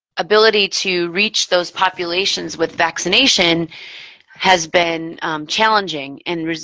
ability to reach those populations with vaccination has been challenging. and,